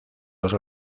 los